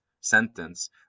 sentence